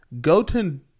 Goten